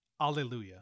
Alleluia